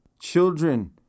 Children